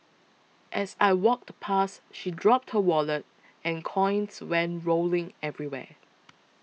as I walked past she dropped her wallet and coins went rolling everywhere